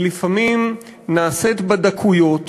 היא לפעמים נעשית בדקויות